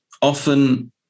often